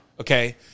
Okay